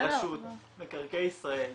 רמ"י, רשות מקרקעי ישראל,